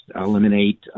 eliminate